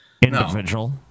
individual